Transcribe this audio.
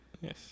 yes